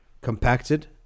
compacted